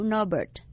Norbert